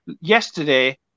yesterday